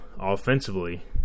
offensively